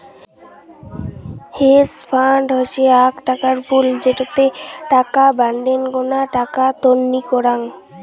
hedge fund হসে আক টাকার পুল যেটোতে টাকা বাডেনগ্না টাকা তন্নি করাং